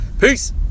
Peace